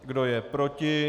Kdo je proti?